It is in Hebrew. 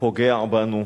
ופוגע בנו,